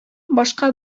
башка